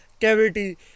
cavity